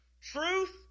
truth